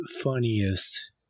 funniest